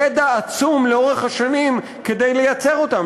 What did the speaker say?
ידע עצום לאורך השנים כדי לייצר אותן.